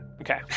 Okay